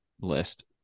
list